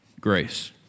grace